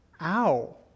ow